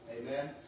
Amen